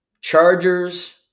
Chargers